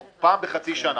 או פעם בחצי שנה,